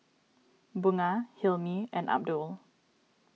Bunga Hilmi and Abdul